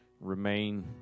remain